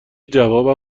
جوابم